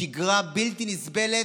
שגרה בלתי נסבלת.